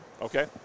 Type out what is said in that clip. Okay